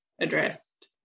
addressed